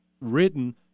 written